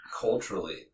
culturally